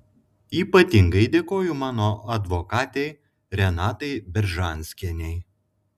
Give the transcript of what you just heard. ypatingai dėkoju mano advokatei renatai beržanskienei